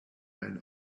men